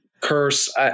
curse